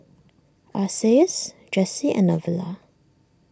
Isaias Jessy and Novella